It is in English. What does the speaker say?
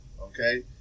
Okay